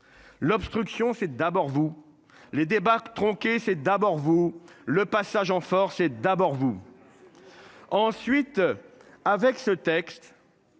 L'obstruction. C'est d'abord vous les débarque tronqué, c'est d'abord vous le passage en force et d'abord vous. Ensuite. Avec ce texte.